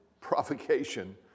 provocation